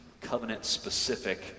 covenant-specific